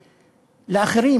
לאחרים,